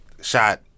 shot